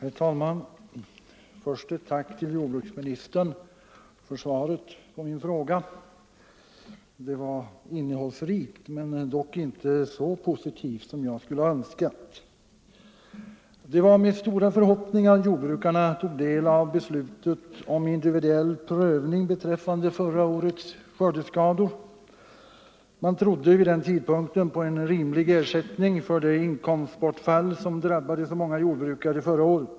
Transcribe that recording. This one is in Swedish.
Herr talman! Först ett tack till jordbruksministern för svaret på min fråga. Svaret var innehållsrikt men inte så positivt som jag hade önskat. Det var med stora förhoppningar som jordbrukarna tog del av beslutet om individuell prövning av förra årets skördeskador. Vid den tidpunkten trodde man på en rimlig ersättning för det inkomstbortfall som drabbade så många jordbrukare förra året.